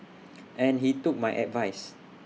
and he took my advice